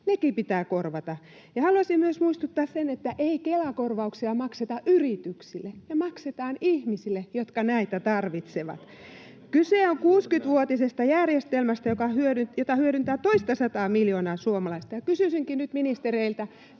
Nekin pitää korvata. Ja haluaisin myös muistuttaa, että ei Kela-korvauksia makseta yrityksille — ne maksetaan ihmisille, jotka näitä tarvitsevat. [Kimmo Kiljusen välihuuto] Kyse on 60-vuotisesta järjestelmästä, jota hyödyntää toista miljoonaa suomalaista. Kysyisinkin nyt ministereiltä: